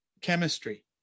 chemistry